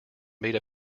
made